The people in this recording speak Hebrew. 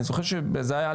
אני זוכר שזה היה,